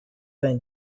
vingt